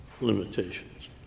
limitations